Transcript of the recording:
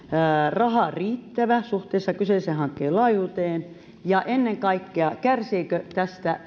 raha riittävä suhteessa kyseisen hankkeen laajuuteen ja ennen kaikkea kärsiikö tästä